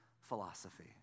philosophy